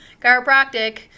chiropractic